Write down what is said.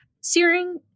Searing